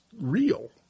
real